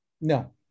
No